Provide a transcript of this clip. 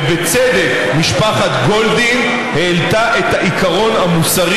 ובצדק משפחת גולדין העלתה את העיקרון המוסרי